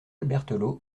berthelot